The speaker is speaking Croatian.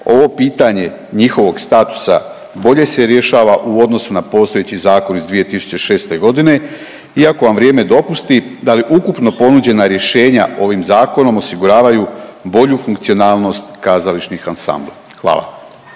ovo pitanje njihovog statusa bolje se rješava u odnosu na postojeći zakon iz 2006.g. i ako vam vrijeme dopusti, da li ukupno ponuđena rješenja ovim zakonom osiguravaju bolju funkcionalnost kazališnih ansambla? Hvala.